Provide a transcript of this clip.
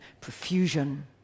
profusion